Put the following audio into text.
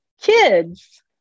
kids